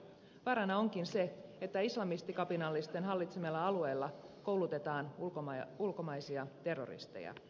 vaarana onkin se että islamistikapinallisten hallitsemilla alueilla koulutetaan ulkomaisia terroristeja